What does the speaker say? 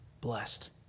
blessed